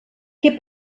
què